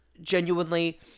genuinely